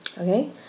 Okay